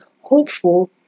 hopeful